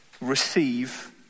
receive